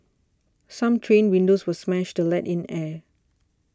some train windows were smashed to let in air